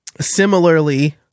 Similarly